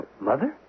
Mother